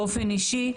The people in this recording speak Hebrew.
באופן אישי,